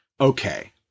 okay